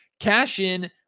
Cash-in